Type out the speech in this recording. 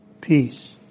peace